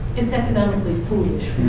it's economically foolish